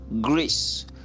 grace